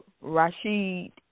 Rashid